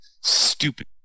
stupid